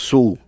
Sul